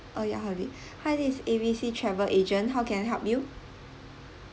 hi this is A B C travel agent how can I help you